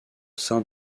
sein